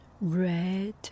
red